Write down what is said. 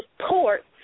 support